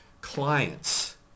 clients